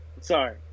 Sorry